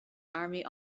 army